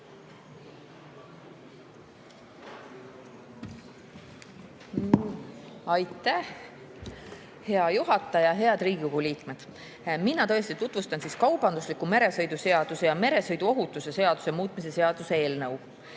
Aitäh, hea juhataja! Head Riigikogu liikmed! Mina tõesti tutvustan kaubandusliku meresõidu seaduse ja meresõiduohutuse seaduse muutmise seaduse eelnõu.